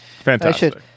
Fantastic